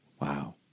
Wow